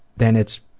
then it's